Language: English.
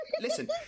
Listen